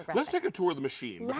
lets take a tour of the machine.